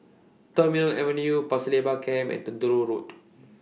Terminal Avenue Pasir Laba Camp and Truro Road